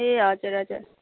ए हजुर हजुर